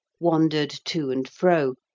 wandered to and fro,